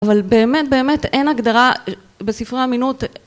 אבל באמת באמת אין הגדרה בספרי המינות